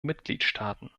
mitgliedstaaten